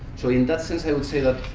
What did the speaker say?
so in that sense i would say that